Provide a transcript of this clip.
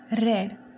red